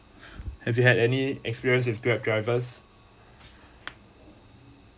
have you had any experience with grab drivers